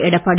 Edappadi